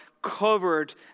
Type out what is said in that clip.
covered